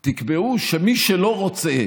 תקבעו שמי שלא רוצה,